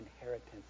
inheritance